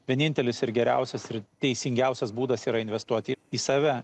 vienintelis ir geriausias ir teisingiausias būdas yra investuoti į save